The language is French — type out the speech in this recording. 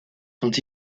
sont